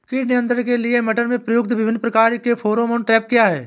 कीट नियंत्रण के लिए मटर में प्रयुक्त विभिन्न प्रकार के फेरोमोन ट्रैप क्या है?